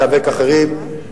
ייאבקו אחרים,